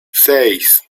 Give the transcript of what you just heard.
seis